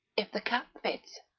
if the cap fits.